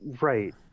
right